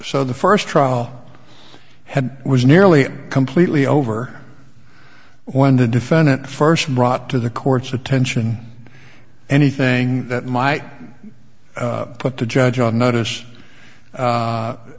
so the first trial had was nearly completely over when the defendant first brought to the court's attention anything that might put the judge on notice